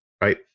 right